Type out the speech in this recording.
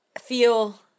feel